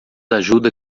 ajuda